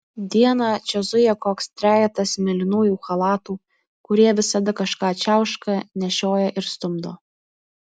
dieną čia zuja koks trejetas mėlynųjų chalatų kurie visada kažką čiauška nešioja ir stumdo